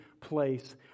place